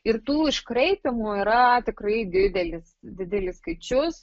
ir tų iškraipymų yra tikrai didelis didelis skaičius